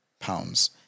pounds